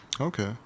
Okay